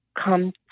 come